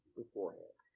beforehand